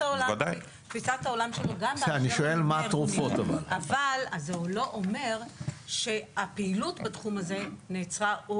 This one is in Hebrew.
העולם שלו -- אבל זה לא אומר שהפעילות בתחום הזה הופסקה,